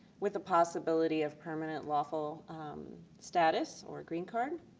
with a possibility of permanent lawful status or green card,